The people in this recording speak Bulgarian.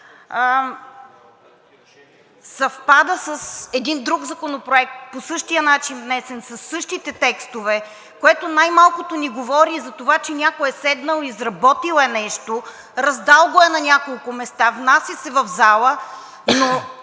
съвпада с един друг законопроект, по същия начин внесен, със същите текстове, което най-малкото ни говори за това, че някой е седнал, изработил е нещо, раздал го е на няколко места, внася се в зала, но